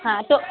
ہاں تو